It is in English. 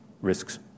risks